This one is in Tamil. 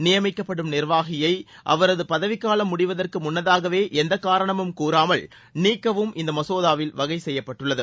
நியமிக்கப்படும் நிர்வாகியை அவரது பதவிக் காலம் முடிவதற்கு முன்னதாகவே எந்தக் காரணமும் கூறாமல் நீக்கவும் இந்த மசோதாவில் வகைசெய்யப்பட்டுள்ளது